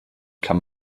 kann